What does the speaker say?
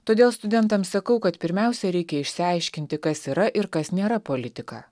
todėl studentam sakau kad pirmiausia reikia išsiaiškinti kas yra ir kas nėra politika